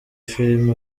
filime